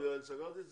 רוצה